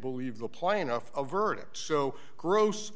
believe the plaintiff a verdict so gross